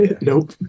Nope